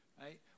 right